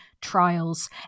trials